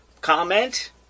comment